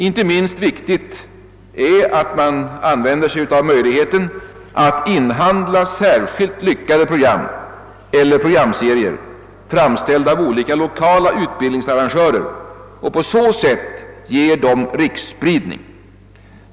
Inte minst viktigt är att man använder möjligheten att inhandla särskilt lyckade program eller programserier, framställda av olika lokala utbildningsarrangörer, för att på så sätt ge dem riksspridning.